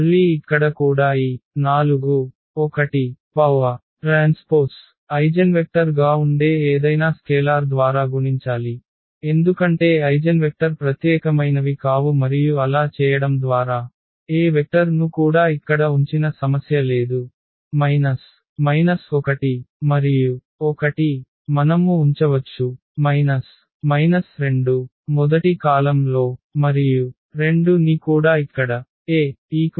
మళ్ళీ ఇక్కడ కూడా ఈ 4 1T ఐగెన్వెక్టర్ గా ఉండే ఏదైనా స్కేలార్ ద్వారా గుణించాలి ఎందుకంటే ఐగెన్వెక్టర్ ప్రత్యేకమైనవి కావు మరియు అలా చేయడం ద్వారా ఏ వెక్టర్ను కూడా ఇక్కడ ఉంచిన సమస్య లేదు 1 మరియు 1 మనము ఉంచవచ్చు 2 మొదటి కాలమ్ లో మరియు 2 ని కూడా ఇక్కడ